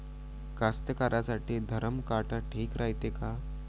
कास्तकाराइसाठी धरम काटा ठीक रायते का?